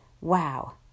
Wow